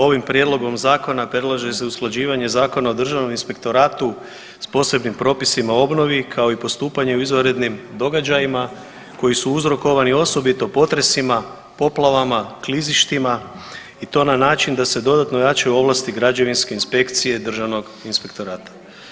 Ovim prijedlogom zakona predlaže se usklađivanje Zakona o državnom inspektoratom s posebnim propisima o obnovi, kao i postupanje u izvanrednim događajima koji su uzrokovani osobito potresima, poplavama, klizištima i to na način da se dodatno ojačaju ovlasti građevinske inspekcije državnog inspektorata.